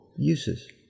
uses